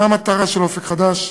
מה המטרה של "אופק חדש"